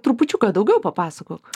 trupučiuką daugiau papasakok